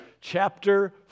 chapter